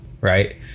right